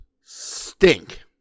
stink